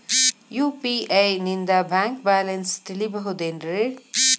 UPI ನಿಂದ bank balance ತಿಳಿಬಹುದೇನ್ರಿ?